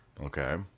Okay